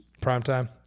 Primetime